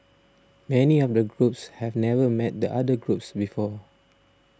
many of the groups have never met the other groups before